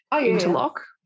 interlock